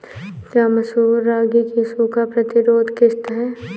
क्या मसूर रागी की सूखा प्रतिरोध किश्त है?